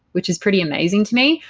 which is pretty amazing to me.